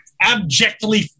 abjectly